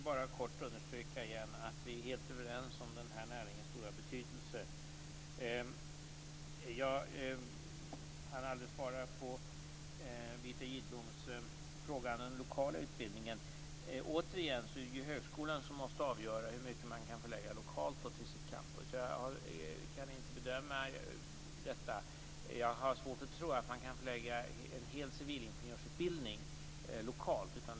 Fru talman! Vi är helt överens om näringens stora betydelse. Jag hann aldrig besvara Birgitta Gidbloms fråga om den lokala utbildningen. Återigen är det högskolan som måste avgöra hur mycket av utbildningen som kan förläggas lokalt. Jag kan inte bedöma detta. Jag har svårt att tro att det går att förlägga en hel civilingenjörsutbildning lokalt.